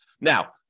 Now